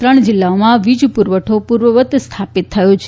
ત્રણ જિલ્લાઓમાં વીજ પુરવઠો પૂર્વવત સ્થાપિત થયો છે